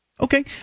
Okay